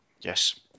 Yes